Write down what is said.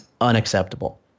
unacceptable